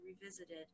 revisited